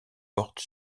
porte